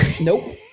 Nope